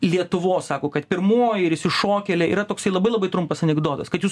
lietuvos sako kad pirmoji ir išsišokėlė yra toksai labai labai trumpas anekdotas kad jūs